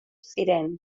ziren